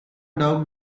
doubt